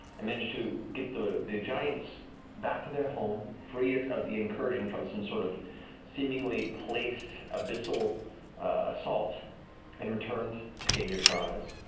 and managed to get the the giants back to their home, free it of the incursion from some sort of seemingly placed abyssal assault and returned to gain your prize.